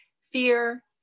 fear